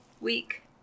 week